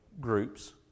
groups